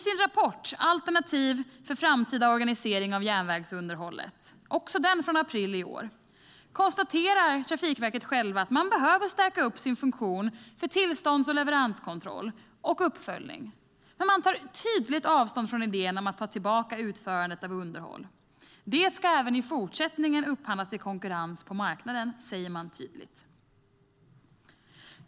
I rapporten Alternativ för framtida organisering av järnvägsunderhållet , också den från april i år, konstaterar Trafikverket att man behöver stärka sin funktion för tillstånds och leveranskontroll samt uppföljning, men man tar tydligt avstånd från idén om att ta tillbaka utförandet av underhåll. Det ska även i fortsättningen upphandlas i konkurrens på marknaden, säger man tydligt.